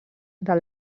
del